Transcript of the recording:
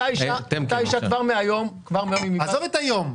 אותה אישה כבר מהיום --- עזוב את היום.